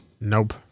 Nope